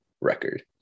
record